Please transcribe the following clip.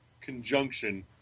conjunction